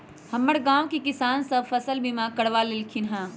हमर गांव के किसान सभ फसल बीमा करबा लेलखिन्ह ह